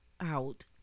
out